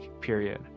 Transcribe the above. Period